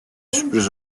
sürpriz